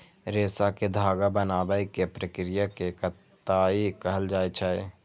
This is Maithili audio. रेशा कें धागा बनाबै के प्रक्रिया कें कताइ कहल जाइ छै